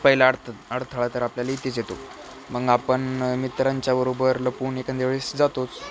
पहिला आडथ अडथळा तर आपल्याला इथेच येतो मग आपण मित्रांच्या बरोबर लपून एखाद्या वेळेस जातोच